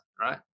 right